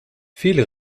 viele